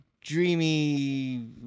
dreamy